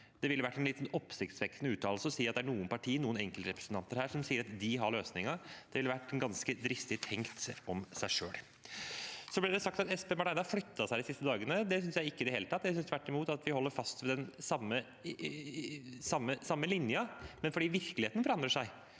Det ville vært en litt oppsiktsvekkende uttalelse om det er noen partier eller noen enkeltrepresentanter som sier at de har løsningen. Det ville vært ganske dristig tenkt om seg selv. Det ble sagt at Espen Barth Eide har flyttet seg de siste dagene. Det synes jeg ikke i det hele tatt. Jeg synes tvert imot at vi holder fast ved den samme linjen, men fordi virkeligheten forandrer seg,